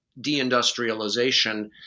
deindustrialization